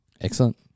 Excellent